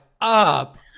up